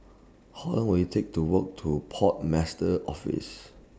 How Long Will IT Take to Walk to Port Master's Office